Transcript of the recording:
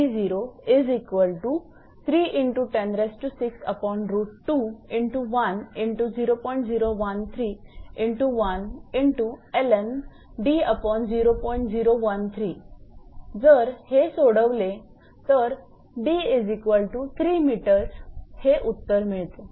जर हे सोडवले तर 𝐷3𝑚 हे उत्तर मिळते